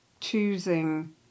choosing